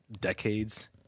decades